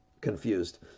confused